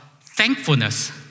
thankfulness